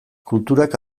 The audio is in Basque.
kulturak